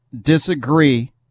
disagree